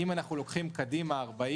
אם אנחנו לוקחים 40,